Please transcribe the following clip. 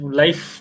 life